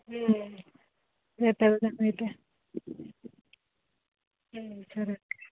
రేపు వెళ్దాం అయితే